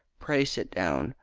pray sit down,